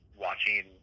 watching